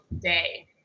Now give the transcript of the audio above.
day